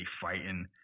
fighting